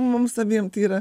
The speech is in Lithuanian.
mums abiem tai yra